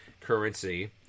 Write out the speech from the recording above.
currency